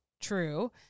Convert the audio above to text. true